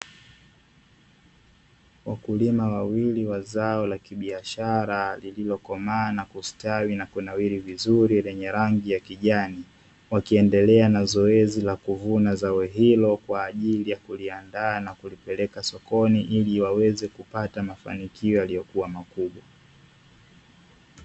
Wakulima wawili wa zao la kibiashara lililokomaa na kustawi na kunawiri vizuri lenye rangi ya kijani, wakiendelea na zoezi la kuvuna zao hilo kwa ajili ya kuliandaa na kulipeleka sokoni ili waweze kupata mafanikio yaliyokua makubwa.